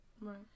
Right